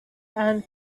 and